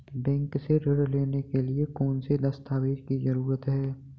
Bank से ऋण लेने के लिए कौन से दस्तावेज की जरूरत है?